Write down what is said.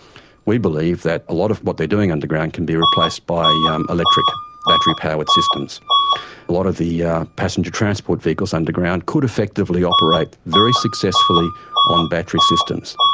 we believe that a lot of what they are doing underground can be replaced by yeah um electric battery-powered systems. a lot of the passenger transport vehicles underground could effectively operate very successfully on battery systems.